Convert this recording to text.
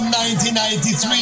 1993